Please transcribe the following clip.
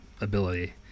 ability